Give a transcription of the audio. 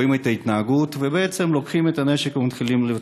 את ההתנהגות ולוקחים את הנשק ומתחילים לרצוח.